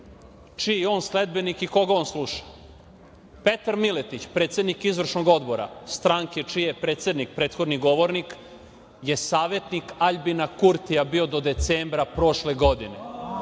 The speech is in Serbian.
čiji je on sledbenik i koga on sluša. Petar Miletić, predsednik izvršnog odbora stranke čiji je predsednik prethodni govornik, je bio savetnik Aljbina Kurtija do decembra prošle godine.